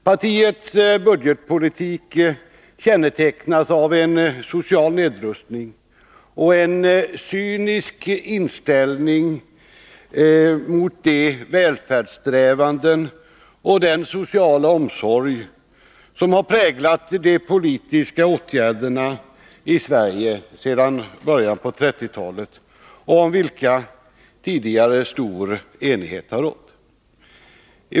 Partiets budgetpolitik kännetecknas av en social nedrustning och en cynisk inställning till de välfärdssträvanden och den sociala omsorg som har präglat de politiska åtgärderna i Sverige sedan början av 1930-talet, om vilka tidigare stor enighet har rått.